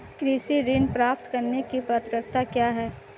कृषि ऋण प्राप्त करने की पात्रता क्या है?